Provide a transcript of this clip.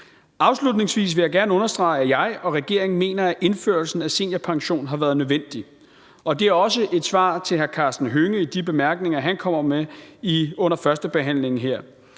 Afslutningsvis vil jeg gerne understrege, at jeg og regeringen mener, at indførelsen af seniorpension har været nødvendig, og det er også et svar til hr. Karsten Hønge i de bemærkninger, han kommer med under førstebehandlingen her.